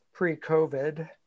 Pre-COVID